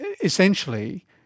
essentially